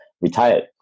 retired